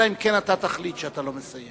אלא אם כן אתה תחליט שאתה לא מסיים.